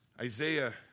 Isaiah